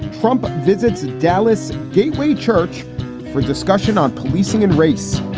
trump visits a dallas gateway church for discussion on policing and race.